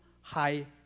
high